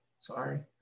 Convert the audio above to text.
Sorry